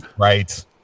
right